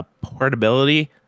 portability